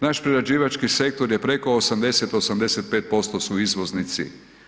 Naš prerađivački sektor je preko 80, 85% su izvoznici.